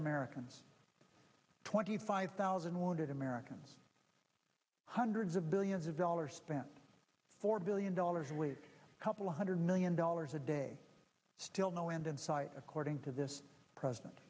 americans twenty five thousand wounded americans hundreds of billions of dollars spent four billion dollars a week couple hundred million dollars a day still no end in sight according to this president